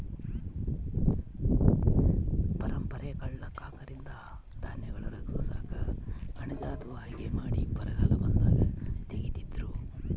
ಪರಂಪರೆಯಲ್ಲಿ ಕಳ್ಳ ಕಾಕರಿಂದ ಧಾನ್ಯಗಳನ್ನು ರಕ್ಷಿಸಾಕ ಕಣಜ ಅಥವಾ ಹಗೆ ಮಾಡಿ ಬರಗಾಲ ಬಂದಾಗ ತೆಗೀತಿದ್ರು